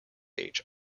age